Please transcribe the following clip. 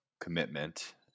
commitment